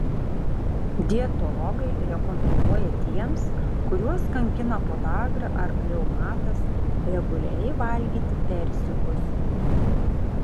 dietologai rekomenduoja tiems kuriuos kankina podagra ar reumatas reguliariai valgyti persikus